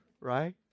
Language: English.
Right